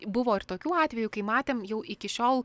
buvo ir tokių atvejų kai matėm jau iki šiol